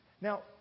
Now